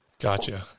Gotcha